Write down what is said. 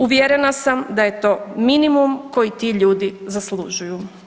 Uvjerena sam da je to minimum koji ti ljudi zaslužuju.